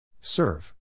Serve